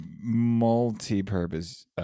multi-purpose